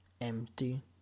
Empty